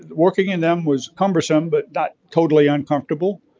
working in them was cumbersome but not totally uncomfortable.